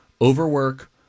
overwork